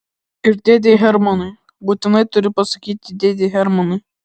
ir dėdei hermanui būtinai turiu pasakyti dėdei hermanui